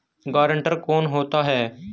Guarantor कौन होता है?